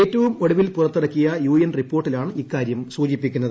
ഏറ്റവും ഒടുവിൽ പുറത്തിറക്കിയ യു എൻ റിപ്പോർട്ടിലാണ് ഇക്കാര്യം സൂചിപ്പിക്കുന്നത്